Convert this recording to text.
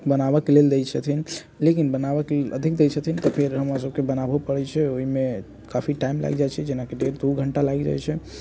बहुत बनाबऽके लेल दै छथिन लेकिन बनाबऽके लेल अधिक दै छथिन तऽ फेर हमरा सबके बनाबऽ हो पड़ै छै ओइमे काफी टाइम लागि जाइ छै जेनाकि डेढ़ दू घण्टा लागि जाइ छै